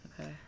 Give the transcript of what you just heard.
Okay